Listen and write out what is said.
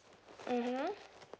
mmhmm